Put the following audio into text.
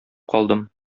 калдым